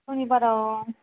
सनिबाराव